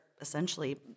essentially